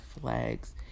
flags